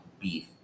beef